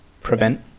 prevent